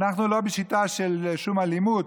אנחנו לא בשיטה של שום אלימות,